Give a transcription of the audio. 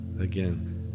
Again